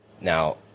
Now